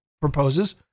proposes